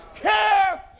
care